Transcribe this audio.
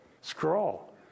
scroll